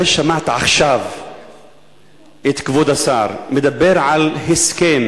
הרי שמעת עכשיו את כבוד השר מדבר על הסכם